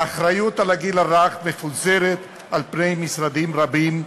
האחריות לגיל הרך מפוזרת על פני משרדים רבים: